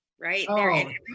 right